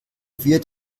wird